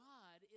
God